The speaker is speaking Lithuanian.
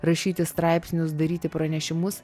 rašyti straipsnius daryti pranešimus